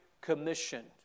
Commission